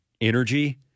energy